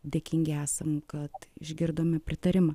dėkingi esam kad išgirdome pritarimą